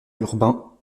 urbain